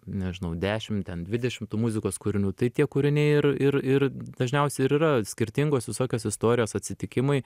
nežinau dešim ten dvidešim tų muzikos kūrinių tai tie kūriniai ir ir ir dažniausiai ir yra skirtingos visokios istorijos atsitikimai